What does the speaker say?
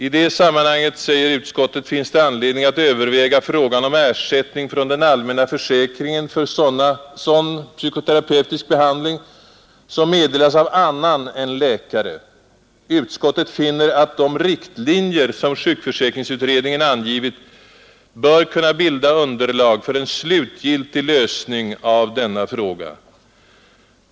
I det sammanhanget finns det enligt utskottet anledning att överväga frågan om ersättning från den allmänna försäkringen för sådan psykoterapeutisk behandling som meddelas av annan än läkare. Utskottet finner slutligen att de riktlinjer som sjukförsäkringsutredningen angivit bör kunna bilda underlag för en mera slutgiltig lösning av denna fråga.